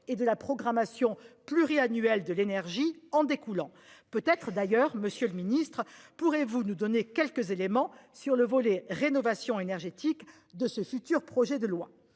et de la programmation pluriannuelle de l'énergie en découlant peut être d'ailleurs Monsieur le Ministre pourrez-vous nous donner quelques éléments sur le volet rénovation énergétique de ce futur projet de loi